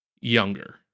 younger